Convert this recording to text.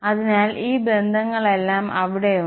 അതിനാൽ ഈ ബന്ധങ്ങളെല്ലാം അവിടെയുണ്ട്